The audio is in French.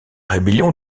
rébellion